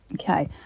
okay